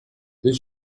this